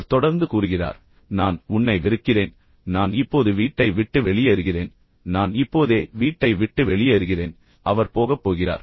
பின்னர் மீண்டும் அவர் தொடர்ந்து கூறுகிறார் நான் உன்னை வெறுக்கிறேன் நான் இப்போது வீட்டை விட்டு வெளியேறுகிறேன் நான் இப்போதே வீட்டை விட்டு வெளியேறுகிறேன் அவர் போகப் போகிறார்